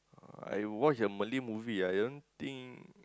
uh I watch a Malay movie ah I don't think